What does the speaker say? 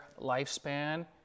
lifespan